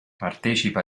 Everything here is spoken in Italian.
partecipa